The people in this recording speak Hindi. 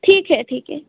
ठीक है ठीक है